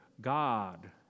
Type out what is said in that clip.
God